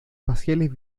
faciales